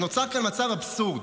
אז נוצר כאן מצב אבסורדי